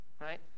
right